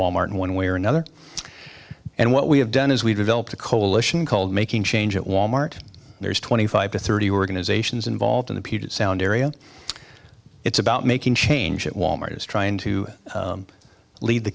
wal mart in one way or another and what we have done is we developed a coalition called making change at wal mart there's twenty five to thirty organizations involved in the puget sound area it's about making change at wal mart is trying to lead the